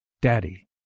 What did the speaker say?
Daddy